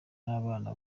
n’abana